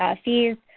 ah fees,